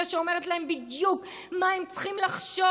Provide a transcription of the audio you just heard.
שאומרת להם בדיוק מה הם צריכים לחשוב.